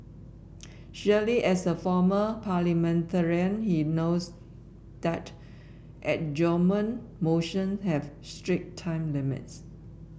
surely as a former parliamentarian he knows that adjournment motion have strict time limits